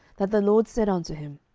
that the lord said unto him,